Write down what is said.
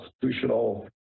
constitutional